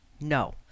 No